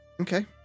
Okay